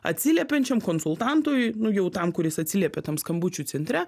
atsiliepiančiam konsultantui nu jau tam kuris atsiliepia tam skambučių centre